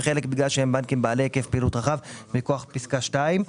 וחלק בגלל שהם בנקים בעלי היקף פעילות רחב מכוח פסקה (2).